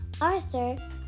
Arthur